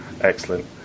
Excellent